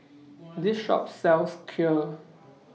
This Shop sells Kheer